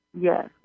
Yes